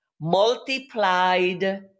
multiplied